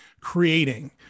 creating